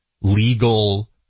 legal